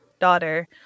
daughter